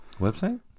website